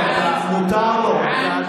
תרגום.